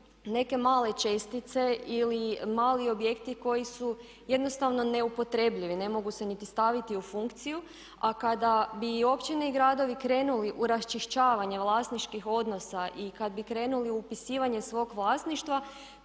neke male čestice ili mali objekti koji su jednostavno neupotrebljivi, ne mogu se niti staviti u funkciju a kada bi općine i gradovi krenuli u raščišćavanje vlasničkih odnosa i kad bi krenuli u upisivanje svog vlasništva,